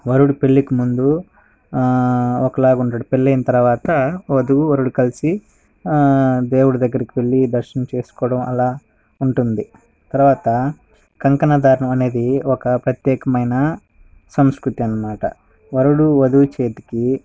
వరుడు పెళ్ళికి ముందు ఒకలాగ ఉంటాడు పెళ్ళయిన తర్వాత వధువు వరుడు కలిసి దేవుడి దగ్గరికి వెళ్ళి దర్శనం చేసుకోవడం అలా ఉంటుంది తర్వాత కంకణ ధారణ అనేది ఒక ప్రత్యేకమైన సంస్కృతి అన్నమాట వరుడు వధువు చేతికి